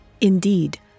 Indeed